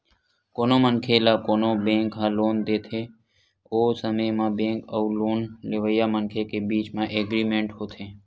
कोनो मनखे ल कोनो बेंक ह लोन देथे ओ समे म बेंक अउ लोन लेवइया मनखे के बीच म एग्रीमेंट होथे